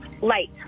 Light